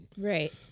Right